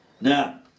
Now